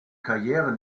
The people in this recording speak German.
karriere